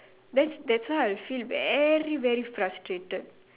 that that's why I feel very very frustrated